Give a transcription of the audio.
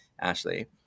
Ashley